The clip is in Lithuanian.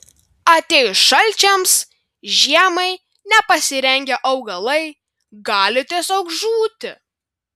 atėjus šalčiams žiemai nepasirengę augalai gali tiesiog žūti